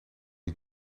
die